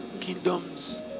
kingdoms